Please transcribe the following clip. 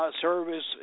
service